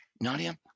Nadia